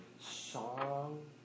song